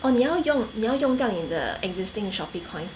orh 你要用你要用掉你的 existing 的 Shopee coins